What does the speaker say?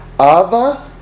ava